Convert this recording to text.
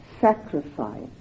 sacrifice